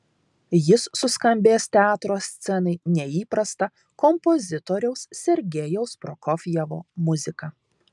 jis suskambės teatro scenai neįprasta kompozitoriaus sergejaus prokofjevo muzika